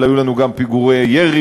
אבל היו לנו גם פיגועי ירי,